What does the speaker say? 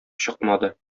чыкмады